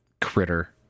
critter